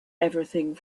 everything